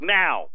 now